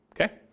Okay